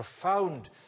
profound